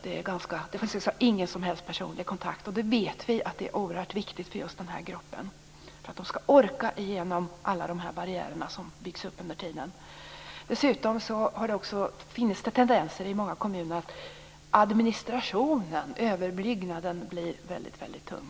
Det finns alltså ingen som helst personlig kontakt. Vi vet att det är oerhört viktigt för just den här gruppen människor för att de skall orka igenom alla de barriärer som byggs upp under tiden. Dessutom finns det också tendenser i många kommuner att administrationen och överbyggnaden blir väldigt tung.